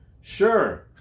sure